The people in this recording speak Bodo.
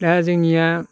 दा जोंनिया